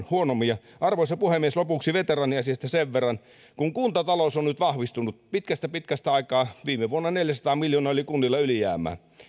huonommin arvoisa puhemies lopuksi veteraaniasiasta sen verran että kun kuntatalous on nyt vahvistunut pitkästä pitkästä aikaa viime vuonna neljäsataa miljoonaa oli kunnilla ylijäämää